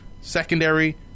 secondary